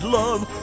love